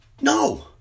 no